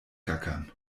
gackern